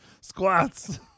squats